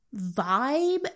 vibe